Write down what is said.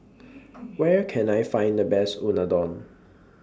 Where Can I Find The Best Unadon